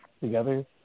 together